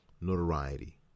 notoriety